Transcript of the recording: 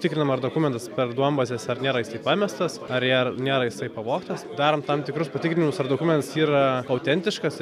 tikrinam ar dokumentas per duonbazes ar nėra jisai pamestas ar nėra jisai pavogtas darom tam tikrus patikrinimus ar dokumentas yra autentiškas